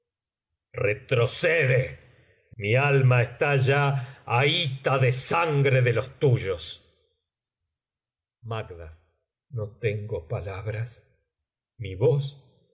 retrocede mi alma está ya ahita de sangre de los tuyos macd no tengo palabras mi voz